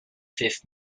fifth